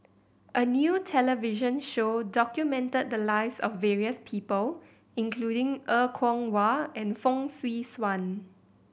a new television show documented the lives of various people including Er Kwong Wah and Fong Swee Suan